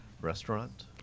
restaurant